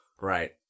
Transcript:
Right